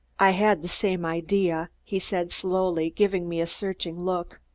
i had the same idea, he said slowly, giving me a searching look.